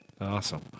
Awesome